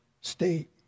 state